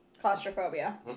Claustrophobia